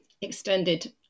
extended